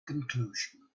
conclusion